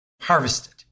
harvested